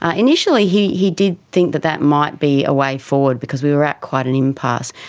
ah initially he he did think that that might be a way forward because we were at quite an impasse.